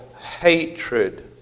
hatred